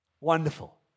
Wonderful